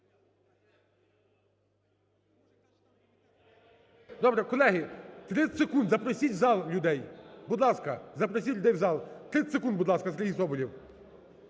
Добре. Колеги, 30 секунд, запросіть в зал людей. Будь ласка, запросіть людей в зал. 30 секунд, будь ласка, Сергій Соболєв.